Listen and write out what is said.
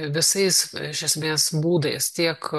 visais iš esmės būdais tiek